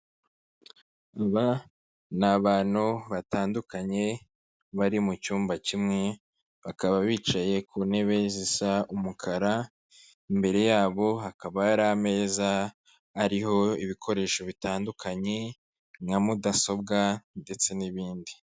Aba, n'abantu batandukanye, bari mu cyumba kimwe bakaba bicaye ku ntebe zisa umukara, imbere yabo hakaba hari ameza ariho ibikoresho bitandukanye, nka mudasobwa ndetse n'ibindi.